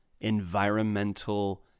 environmental